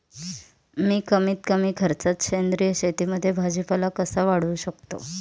मी कमीत कमी खर्चात सेंद्रिय शेतीमध्ये भाजीपाला कसा वाढवू शकतो?